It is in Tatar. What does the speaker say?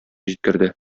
җиткерде